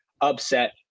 upset